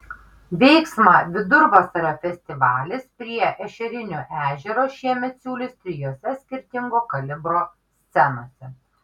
veiksmą vidurvasario festivalis prie ešerinio ežero šiemet siūlys trijose skirtingo kalibro scenose